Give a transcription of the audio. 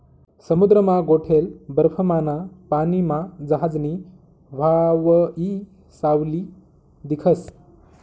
समुद्रमा गोठेल बर्फमाना पानीमा जहाजनी व्हावयी सावली दिखस